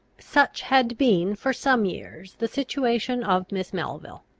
such had been for some years the situation of miss melville.